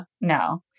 no